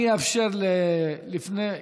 יאיר לפיד,